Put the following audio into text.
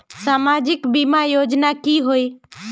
सामाजिक बीमा योजना की होय?